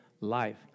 life